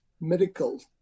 medical